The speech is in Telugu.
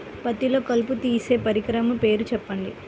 పత్తిలో కలుపు తీసే పరికరము పేరు చెప్పండి